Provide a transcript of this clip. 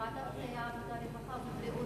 ועדת העבודה, הרווחה והבריאות.